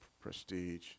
prestige